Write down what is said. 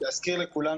להזכיר לכולנו,